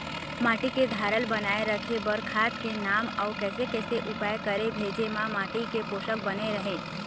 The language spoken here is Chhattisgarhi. माटी के धारल बनाए रखे बार खाद के नाम अउ कैसे कैसे उपाय करें भेजे मा माटी के पोषक बने रहे?